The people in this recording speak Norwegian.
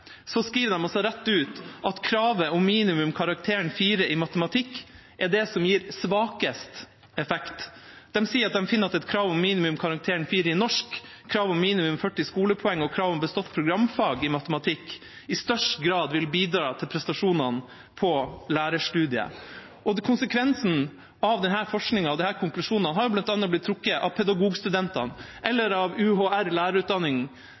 så er minimumskravet om karakteren 4 i matematikk det som gir svakest effekt. De sier at de finner at et minimumskrav om karakteren 4 i norsk, et krav om minimum 40 skolepoeng og krav om bestått programfag i matematikk i størst grad ville bidra til prestasjonene på lærerstudiet. Konsekvensen av denne forskningen og disse konklusjonene har bl.a. blitt trukket av Pedagogstudentene, eller av UHR-Lærerutdanning, altså Universitets- og høgskolerådets lærerutdanning.